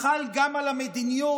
חל גם על ה"מדיניות",